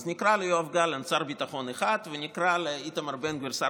אז נקרא ליואב גלנט שר ביטחון 1 ונקרא לאיתמר בן גביר שר